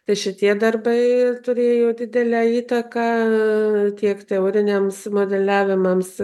tai šitie darbai turėjo didelę įtaką tiek teoriniams modeliavimams